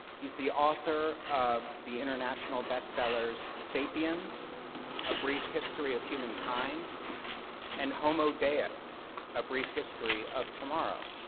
he's the author of the international bestseller, sapiens a brief history of humankind and homo deus a brief history of tomorrow.